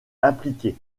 appliquées